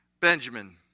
Benjamin